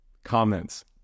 Comments